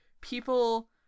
people